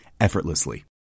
effortlessly